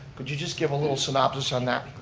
could you just give a little synopsis on that?